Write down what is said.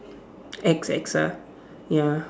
X X ah ya